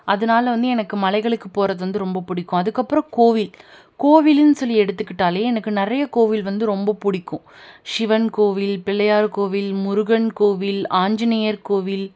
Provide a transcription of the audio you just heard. அதனால வந்து எனக்கு மலைகளுக்குப் போகிறது வந்து ரொம்ப பிடிக்கும் அதுக்கப்புறம் கோவில் கோவிலுன்னு சொல்லி எடுத்துக்கிட்டாலே எனக்கு நிறைய கோவில் வந்து ரொம்ப பிடிக்கும் சிவன் கோவில் பிள்ளையார் கோவில் முருகன் கோவில் ஆஞ்சநேயர் கோவில்